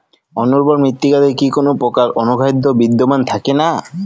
অনুর্বর মৃত্তিকাতে কি কোনো প্রকার অনুখাদ্য বিদ্যমান থাকে না?